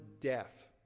death